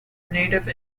native